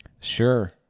Sure